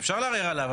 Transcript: אז אפשר לערער עליו,